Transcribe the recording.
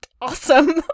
awesome